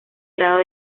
grados